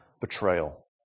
Betrayal